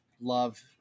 love